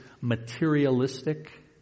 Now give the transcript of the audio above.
materialistic